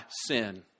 sin